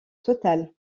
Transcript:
total